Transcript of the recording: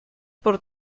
por